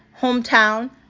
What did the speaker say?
Hometown